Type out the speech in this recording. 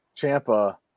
Champa